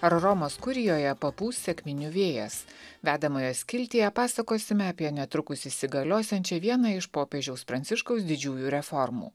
ar romos kurijoje papūs sekminių vėjas vedamojo skiltyje pasakosime apie netrukus įsigaliosiančią vieną iš popiežiaus pranciškaus didžiųjų reformų